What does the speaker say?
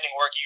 work